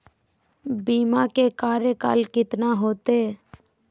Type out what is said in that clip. बीमा के कार्यकाल कितना होते?